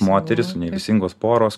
moteris nevaisingos poros